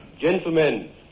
Gentlemen